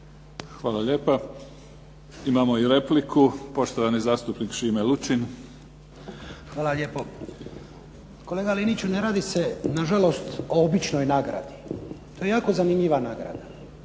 Hvala lijepa. Imamo i repliku poštovani zastupnik Šime Lučin. **Lučin, Šime (SDP)** Hvala lijepo. Kolega Liniću ne radi se nažalost o običnoj nagradi. To je jako zanimljiva nagrada.